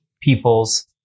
people's